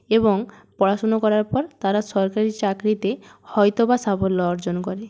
এবং পড়াশোনা করার পর তারা সরকারি চাকরিতে হয়তো বা সাফল্য অর্জন করে